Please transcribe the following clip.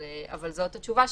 אבל זו התשובה,